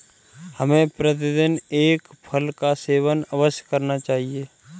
हमें प्रतिदिन एक फल का सेवन अवश्य करना चाहिए